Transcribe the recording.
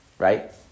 Right